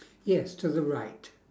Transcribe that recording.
yes to the right